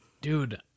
Dude